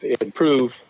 improve